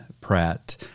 Pratt